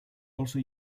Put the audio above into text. also